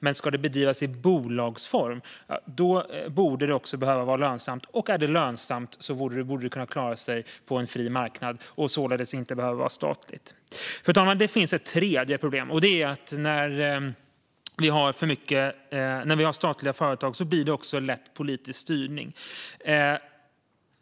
Men om det ska bedrivas i bolagsform borde det också behöva vara lönsamt, och är det lönsamt borde det kunna klara sig på en fri marknad och således inte behöva vara statligt. Fru talman! Det finns ett tredje problem, och det är att det lätt blir politisk styrning i statliga företag.